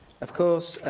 of course,